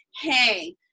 Hey